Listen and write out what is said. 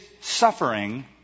suffering